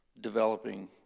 developing